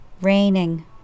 raining